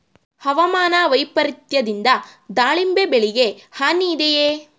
ಹವಾಮಾನ ವೈಪರಿತ್ಯದಿಂದ ದಾಳಿಂಬೆ ಬೆಳೆಗೆ ಹಾನಿ ಇದೆಯೇ?